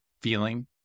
feeling